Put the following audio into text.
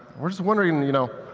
just wondering, you know,